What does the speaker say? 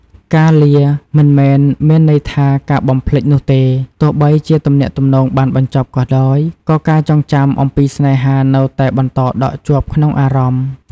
ការលាមិនមែនមានន័យថាការបំភ្លេចនោះទេ ទោះបីជាទំនាក់ទំនងបានបញ្ចប់ក៏ដោយ ក៏ការចងចាំអំពីស្នេហានៅតែបន្តដក់ជាប់ក្នុងអារម្មណ៍។